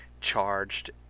charged